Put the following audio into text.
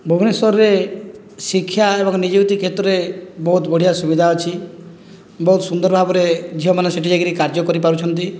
ଭୁବନେଶ୍ୱରରେ ଶିକ୍ଷା ଏବଂ ନିଯୁକ୍ତି କ୍ଷେତ୍ରରେ ବହୁତ ବଢ଼ିଆ ସୁବିଧା ଅଛି ବହୁତ ସୁନ୍ଦର ଭାବରେ ଝିଅମାନେ ସେ'ଠି ଯାଇକରି କାର୍ଯ୍ୟ କରିପାରୁଛନ୍ତି